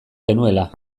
genuela